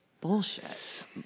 bullshit